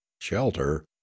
shelter